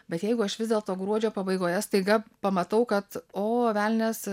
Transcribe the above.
bet jeigu aš vis dėlto gruodžio pabaigoje staiga pamatau kad o velnias